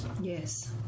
yes